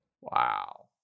Wow